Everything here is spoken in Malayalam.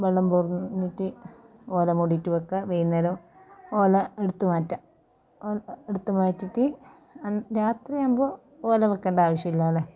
വെള്ളം വന്നിട്ട് ഓല മൂടിയിട്ട് വയ്ക്കുക വെകുന്നേരം ഓല എടുത്ത് മാറ്റുക ഓല എടുത്തു മാറ്റിയിട്ട് രാത്രിയാകുമ്പോൾ ഓല വയ്ക്കേണ്ട ആവശ്യം ഇല്ലല്ലോ